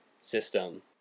system